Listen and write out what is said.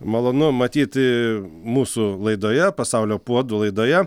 malonu matyti mūsų laidoje pasaulio puodų laidoje